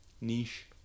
Niche